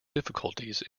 difficulties